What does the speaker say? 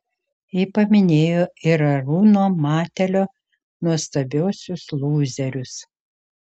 ji paminėjo ir arūno matelio nuostabiuosius lūzerius